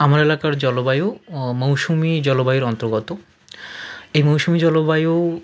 আমার এলাকার জলবায়ু মৌসুমি জলবায়ুর অন্তর্গত এই মৌসুমি জলবায়ু